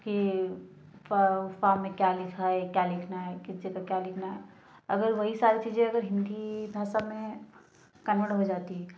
कि फा फार्म में क्या लिखा क्या लिखना है कितने तक क्या लिखना है अगर वही सारी चीज़ें अगर हिंदी भाषा में कन्वर्ट हो जाती है